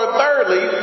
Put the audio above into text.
thirdly